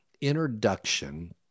introduction